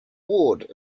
ward